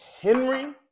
Henry